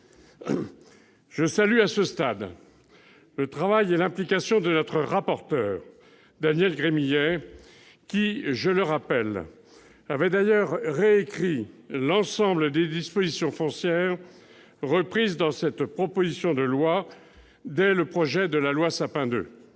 Je salue le travail et l'implication de notre rapporteur, Daniel Gremillet, qui avait réécrit l'ensemble des dispositions foncières reprises dans cette proposition de loi dès le projet de loi Sapin II.